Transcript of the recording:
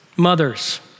Mothers